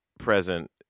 present